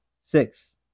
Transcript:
Six